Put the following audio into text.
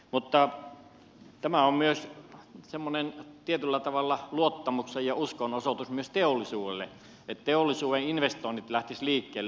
mutta tämä on tietyllä tavalla luottamuksen ja uskon osoitus myös teollisuudelle että teollisuuden investoinnit lähtisivät liikkeelle